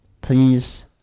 Please